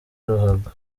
ruhago